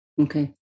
Okay